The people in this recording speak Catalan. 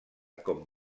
com